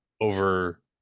over